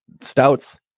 Stouts